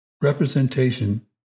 representation